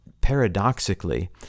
paradoxically